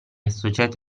associati